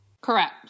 Correct